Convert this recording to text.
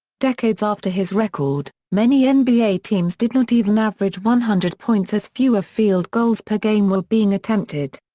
decades after his record, many and nba teams did not even average one hundred points as fewer field goals per game were being attempted.